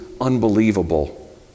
unbelievable